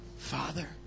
Father